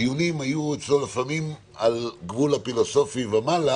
דיונים היו אצלו לפעמים על גבול הפילוסופי ומעלה